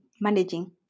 managing